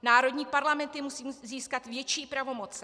Národní parlamenty musí získat větší pravomoci.